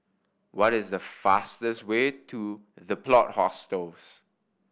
what is the fastest way to The Plot Hostels